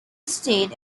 state